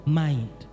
mind